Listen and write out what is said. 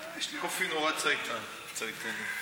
לא, יש לי אופי נורא צייתן, צייתני.